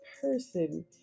person